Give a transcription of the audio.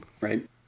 Right